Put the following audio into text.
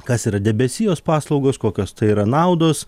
kas yra debesijos paslaugos kokios tai yra naudos